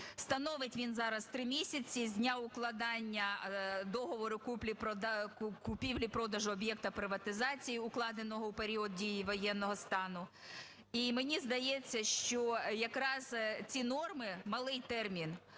Становить він зараз 3 місяці з дня укладання договору купівлі-продажу об'єкта приватизації укладеного в період дії воєнного стану. І мені здається, що якраз ці норми, малий термін,